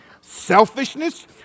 selfishness